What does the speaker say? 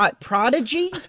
Prodigy